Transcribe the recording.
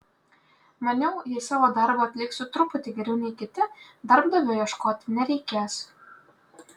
maniau jei savo darbą atliksiu truputį geriau nei kiti darbdavio ieškoti nereikės